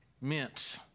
meant